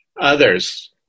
others